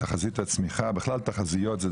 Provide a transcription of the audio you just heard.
תחזית הצמיחה תחזיות בכלל,